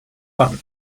one